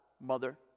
mother